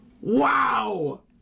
Wow